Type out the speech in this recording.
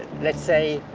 let's say.